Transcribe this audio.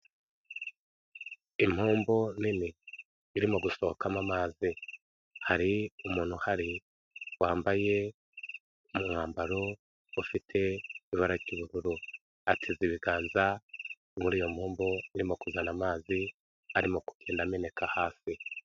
Impombo nini irimo gusohokamo amazi, hari umuntu uhari wambaye umwambaro ufite ibara ry'ubururu, ateze ibiganza muri iyo mpombo irimo kuzana amazi, arimo kugenda ameneka hasi.